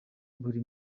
buri